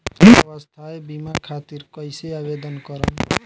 स्वास्थ्य बीमा खातिर कईसे आवेदन करम?